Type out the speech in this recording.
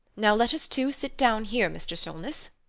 now let us two sit down here, mr. solness.